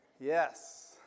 Yes